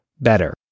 better